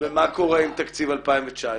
ומה קורה עם תקציב 2019?